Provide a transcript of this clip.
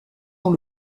dans